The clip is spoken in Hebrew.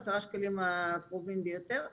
עשרה שקלים הקרובים ביותר.